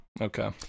Okay